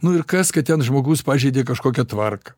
nu ir kas kad ten žmogus pažeidė kažkokią tvarką